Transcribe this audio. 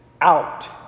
out